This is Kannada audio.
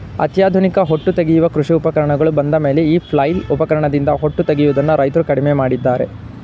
ಅತ್ಯಾಧುನಿಕ ಹೊಟ್ಟು ತೆಗೆಯುವ ಕೃಷಿ ಉಪಕರಣಗಳು ಬಂದಮೇಲೆ ಈ ಫ್ಲೈಲ್ ಉಪಕರಣದಿಂದ ಹೊಟ್ಟು ತೆಗೆಯದನ್ನು ರೈತ್ರು ಕಡಿಮೆ ಮಾಡಿದ್ದಾರೆ